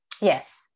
Yes